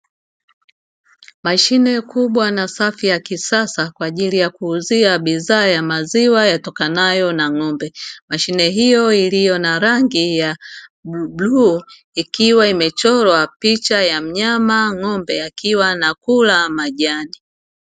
Mashine kubwa na ya kisasa kwaajili ya kuuzia bidhaa ya maziwa yatokanayo na ng'ombe. Mashine hiyo iliyo na rangi ya bluu ikiwa imechorwa picha ya mnyama ng'ombe akiwa anakula majani.